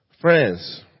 Friends